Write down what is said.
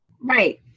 Right